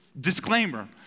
disclaimer